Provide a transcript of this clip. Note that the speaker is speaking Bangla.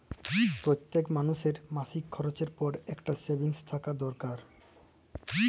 প্যইত্তেক মালুসের মাসিক খরচের পর ইকট সেভিংস থ্যাকা দরকার